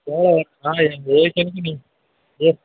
எவ்வளோ வரும் ஆ இந்த ஏஷியனுக்கும் நிப்